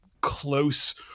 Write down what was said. close